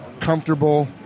comfortable